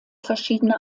verschiedene